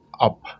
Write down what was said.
up